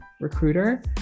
recruiter